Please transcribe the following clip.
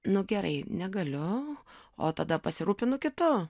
nu gerai negaliu o tada pasirūpinu kitu